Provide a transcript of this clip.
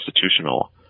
constitutional